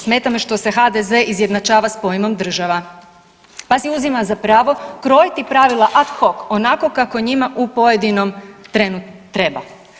Smeta me što se HDZ izjednačava sa pojmom „država“, pa si uzima za pravo krojiti pravila ad hoc onako kako njima u pojedinom trenu treba.